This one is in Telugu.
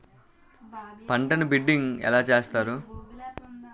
పంటను బిడ్డింగ్ ఎలా చేస్తారు?